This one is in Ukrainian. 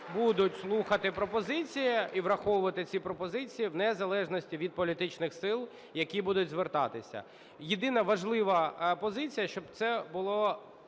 будуть слухати пропозиції і враховувати ці пропозиції в незалежності від політичних сил, які будуть звертатися. Єдина важлива позиція, щоб це було